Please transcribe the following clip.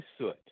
soot